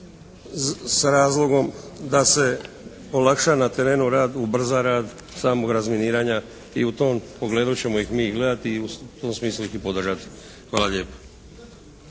s razlogom da se olakša na terenu rad, ubrza rad samog razminirana i u tom pogledu ćemo mi i gledati i u tom smislu ih i podržati. Hvala lijepo.